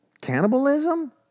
cannibalism